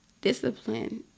discipline